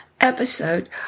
episode